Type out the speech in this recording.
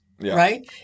right